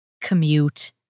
commute